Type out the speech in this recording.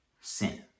sin